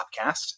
Podcast